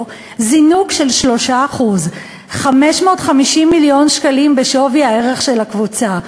זינוק של 3%. 550 מיליון שקלים בשווי הערך של הקבוצה.